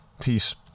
Peace